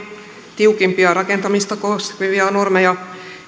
tiukimpia rakentamista koskevia normeja